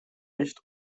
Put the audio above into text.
nicht